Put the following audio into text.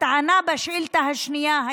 בשאילתה השנייה,